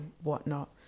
whatnot